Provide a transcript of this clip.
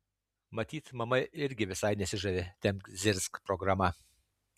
matyt mama irgi visai nesižavi tempk zirzk programa